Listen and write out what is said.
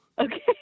Okay